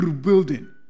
building